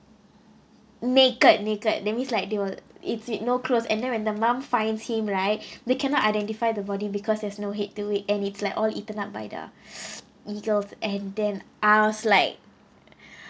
naked naked that means like they will it's it co cloth and then when the mum finds him right they cannot identify the body because there's no head to it and it's like all eaten up by the eagles and then I was like